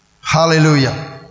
Hallelujah